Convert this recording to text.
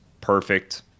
perfect